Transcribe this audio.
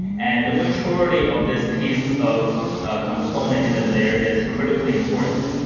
and the maturity of this piece of ah component in the layer is critically important.